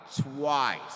Twice